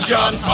John